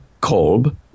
Kolb